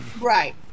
Right